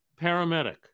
paramedic